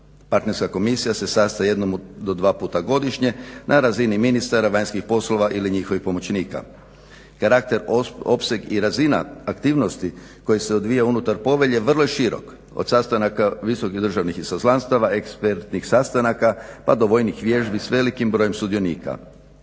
Partnerska komisija se sastoje jednom do dva puta godišnje na razini ministara vanjskih poslova ili njihovih pomoćnika. Karakter, opseg i razina aktivnosti koji se odvija unutar povelje vrlo je širok, od sastanaka visokih državnih izaslanstava, ekspertnih sastanaka pa do vojnih vježbi s velikim brojem sudionika.